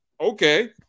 okay